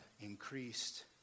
increased